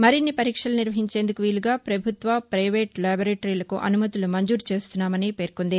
మరిన్ని పరీక్షలు నిర్వహించేందుకు వీలుగా ప్రభుత్వ ప్రెవేటు ల్యాబొరేటరీలకు అనుమతులు మంజూరు చేస్తున్నామని పేర్కొంది